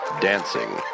Dancing